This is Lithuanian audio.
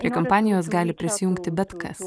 prie kompanijos gali prisijungti bet kas